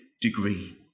degree